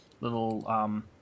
little